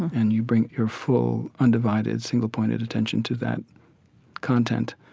and you bring your full undivided single-pointed attention to that content.